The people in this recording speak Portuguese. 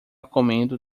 comendo